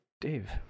Dave